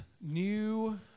new